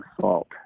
salt